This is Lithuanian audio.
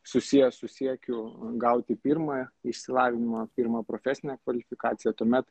susiję su siekiu gauti pirmą išsilavinimą pirmą profesinę kvalifikaciją tuomet